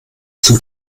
zum